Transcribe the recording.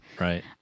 right